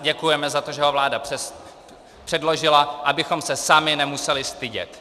Děkujeme za to, že ho vláda předložila, abychom se sami nemuseli stydět.